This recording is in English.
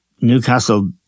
Newcastle